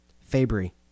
Fabry